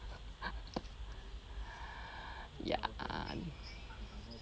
ya